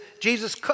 Jesus